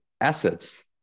assets